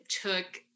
took